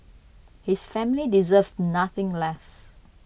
his family deserves nothing less